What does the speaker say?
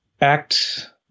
act